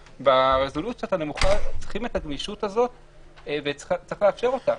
ברזולוציות הנמוכות צריכים את הגמישות הזאת וצריך לאפשר אותה.